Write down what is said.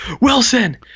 Wilson